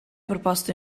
proposto